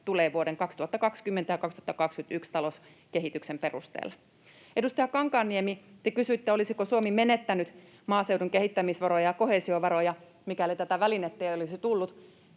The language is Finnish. tulee vuoden 2020 ja 2021 talouskehityksen perusteella. Edustaja Kankaanniemi, te kysyitte, olisiko Suomi menettänyt maaseudun kehittämisvaroja ja koheesiovaroja, mikäli tätä välinettä ei olisi tullut.